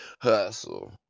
hustle